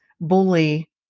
bully